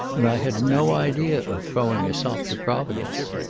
and i had no idea of throwing a sop to providence.